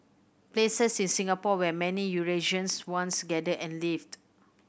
places in Singapore where many Eurasians once gathered and lived